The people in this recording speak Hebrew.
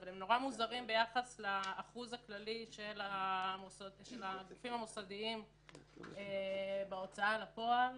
אבל הם נורא מוזרים ביחס לאחוז הכללי של הגופים המוסדיים בהוצאה לפועל.